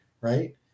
right